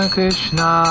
Krishna